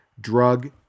drug